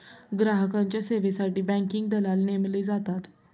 ग्राहकांच्या सेवेसाठी बँकिंग दलाल नेमले जातात